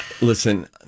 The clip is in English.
Listen